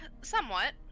somewhat